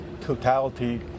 totality